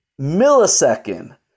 millisecond